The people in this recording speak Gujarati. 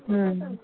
હમ્મ